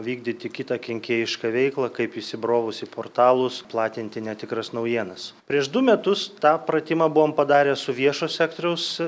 vykdyti kitą kenkėjišką veiklą kaip įsibrovus į portalus platinti netikras naujienas prieš du metus tą pratimą buvom padarę su viešo sektoriaus